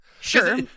Sure